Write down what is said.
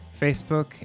Facebook